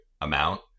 amount